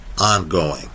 ongoing